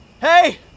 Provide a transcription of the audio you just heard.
Hey